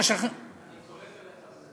אני חולק עליך,